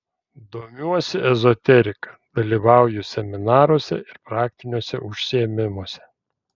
domiuosi ezoterika dalyvauju seminaruose ir praktiniuose užsiėmimuose